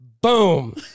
Boom